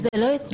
זה לא ייצוג.